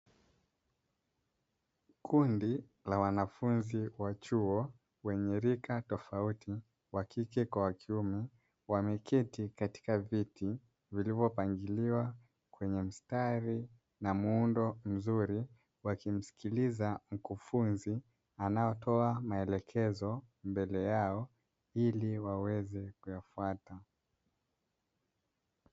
Kundi la wanafunzi wa chuo wenye rika tofauti, wa kike kwa wa kiume, wameketii katika viti vilivyopangiliwa kwenye mstari na muundo mzuri, wakimsikiliza mkufunzi anayetoa maelekezo mbele yao ili waweze kuyafuata.